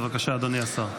בבקשה, אדוני השר.